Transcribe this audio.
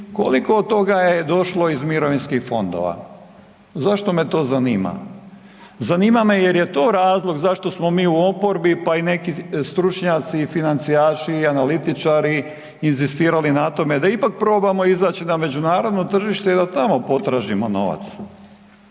koliko od toga je došlo iz mirovinskih fondova? Zašto me to zanima? Zanima me jer je to razlog zašto smo mi u oporbi pa i neki stručnjaci i financijaši i analitičari inzistirali na tome da ipak probamo izaći na međunarodno tržište i da tamo potražimo novac.